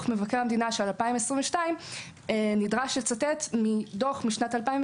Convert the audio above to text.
מבקר המדינה משנת 2022 נדרש לצטט מדוח משנת 2002